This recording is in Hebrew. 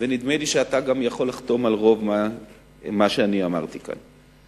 ונדמה לי שאתה גם יכול לחתום על רוב מה שאני אמרתי כאן.